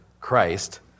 Christ